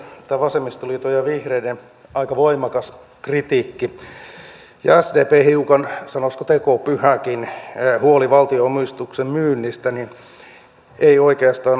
tämä vasemmistoliiton ja vihreiden aika voimakas kritiikki ja sdpn hiukan sanoisiko tekopyhäkin huoli valtionomistuksen myynnistä eivät oikeastaan ole kovin uskottavia